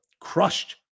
crushed